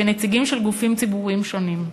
ונציגים של גופים ישראליים שונים.